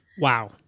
Wow